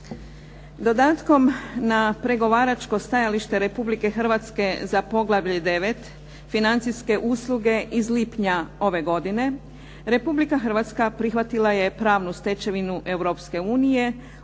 Dodatkom na pregovaračko stajalište Republike Hrvatske za poglavlje 9.-Financijske usluge iz lipnja ove godine Republika Hrvatska prihvatila je pravnu stečevinu